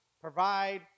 provide